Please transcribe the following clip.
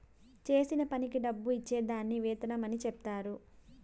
చేసిన పనికి డబ్బు ఇచ్చే దాన్ని వేతనం అని చెప్తారు